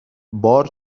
بار